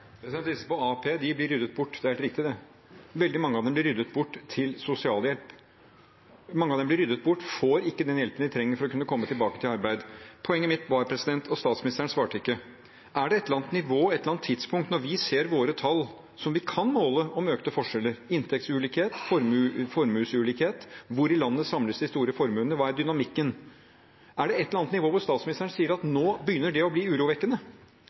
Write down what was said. blir ryddet bort – det er helt riktig. Veldig mange av dem blir ryddet bort til sosialhjelp. Mange av dem blir ryddet bort og får ikke den hjelpen de trenger for å kunne komme tilbake til arbeid. Poenget mitt, som statsministeren ikke svarte på, var: Når vi ser våre tall – og vi kan måle økte forskjeller, inntektsulikhet, formuesulikhet, hvor i landet de store formuene samles, og hva som er dynamikken – er det et eller annet nivå eller et eller annet tidspunkt hvor statsministeren vil si at det nå begynner å bli urovekkende,